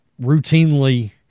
routinely